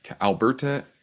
Alberta